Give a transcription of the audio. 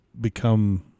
become